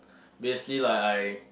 basically like I